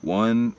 one